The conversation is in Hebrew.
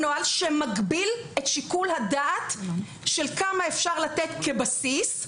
שמגביל את שיקול הדעת של כמה שניתן לתת כבסיס.